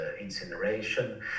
incineration